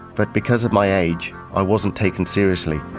but because of my age i wasn't taken seriously.